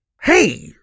Hey